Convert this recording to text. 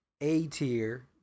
A-tier